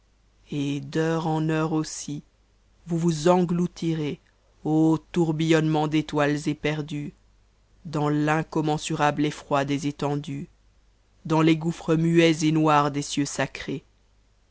et d'heure en heure aussi vous vous errez ô tourbillonnement d'étoiles éperdues dans l'incommensurable esfo des étendoes dans tes gouares muets et noirs des cieux sacres